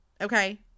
Okay